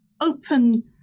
open